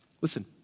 listen